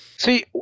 See